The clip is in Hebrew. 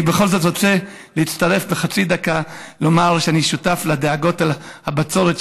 אני בכל זאת רוצה להצטרף בחצי דקה ולומר שאני שותף לדאגות על הבצורת,